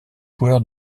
joueur